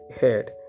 head